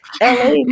LA